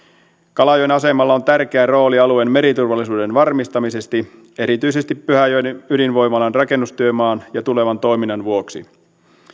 kalajoen asemalla on tärkeä rooli alueen meriturvallisuuden varmistamiseksi erityisesti pyhäjoen ydinvoimalan rakennustyömaan ja tulevan toiminnan vuoksi